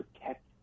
protect